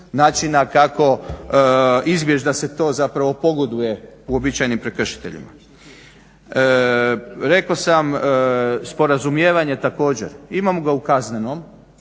načina kako izbjeć da se to zapravo pogoduje uobičajenim prekršiteljima. Rekao sam sporazumijevanje također, imam ga u kaznenom,